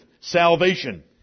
salvation